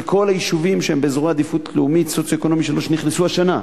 כי כל היישובים שהם באזורי עדיפות לאומית סוציו-אקונומי 3 נכנסו השנה.